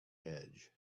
edge